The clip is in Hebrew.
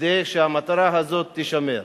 כדי שהמטרה הזאת תישמר.